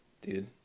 dude